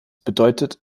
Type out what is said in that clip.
bedeutet